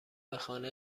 خانه